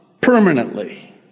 permanently